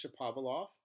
Shapovalov